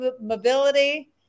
mobility